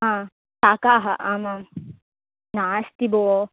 हा शाकाः आमां नास्ति भोः